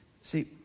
see